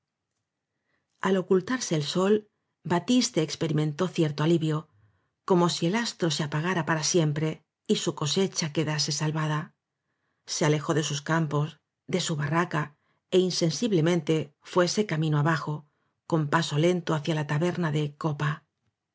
al ocultarse el sol batiste experimentó cierto alivio como si el astro se apagara para siempre y su cosecha quedase salvada se alejó de sus campos de su barraca é insensiblemente fuese camino abajo con paso lento hacia la taberna de copa